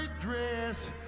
dress